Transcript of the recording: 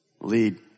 lead